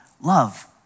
love